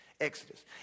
Exodus